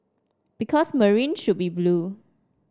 because Marine should be blue